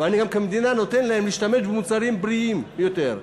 ואני גם כמדינה נותן להם להשתמש במוצרים בריאים יותר,